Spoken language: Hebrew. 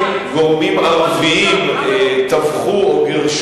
בניו-יורק יש יותר נוכחות מאשר בארץ.